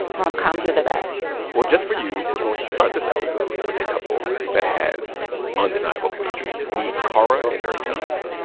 rom-coms are the best well, just for you, we're going to start this episode with a couple that has undeniable chemistry. meet kara and eric johnston